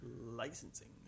Licensing